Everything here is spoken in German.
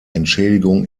entschädigung